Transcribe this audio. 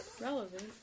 Relevant